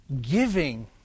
Giving